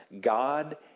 God